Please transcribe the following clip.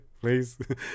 please